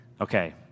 Okay